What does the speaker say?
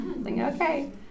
okay